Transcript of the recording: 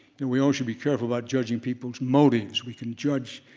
that we always should be careful about judging people's motives. we can judge,